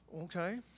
Okay